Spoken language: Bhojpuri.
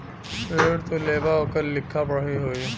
ऋण तू लेबा ओकर लिखा पढ़ी होई